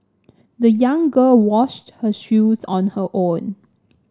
the young girl washed her shoes on her own